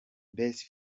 best